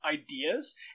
ideas